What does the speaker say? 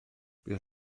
bydd